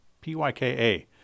P-Y-K-A